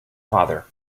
father